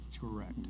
correct